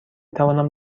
توانم